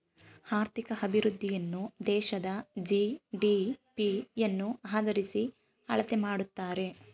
ಆರ್ಥಿಕ ಅಭಿವೃದ್ಧಿಯನ್ನು ದೇಶದ ಜಿ.ಡಿ.ಪಿ ಯನ್ನು ಆದರಿಸಿ ಅಳತೆ ಮಾಡುತ್ತಾರೆ